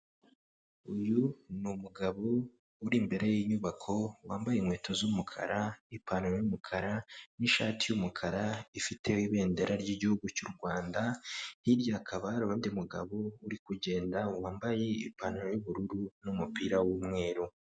Uyu ni umugabo uri imbere y'inyubako wambaye inkweto z'umukara n'ipantaro y'umukara, n'ishati y'umukara ifite ibendera ry'igihugu cyu' Rwanda hirya hakaba hari undi mugabo uri kugenda wambaye ipantaro y'ubururu n'umupira w'umweru.